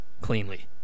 cleanly